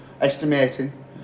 estimating